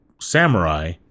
samurai